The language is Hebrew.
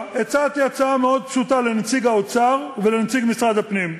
היום הצעתי הצעה מאוד פשוטה לנציג האוצר ולנציג משרד הפנים.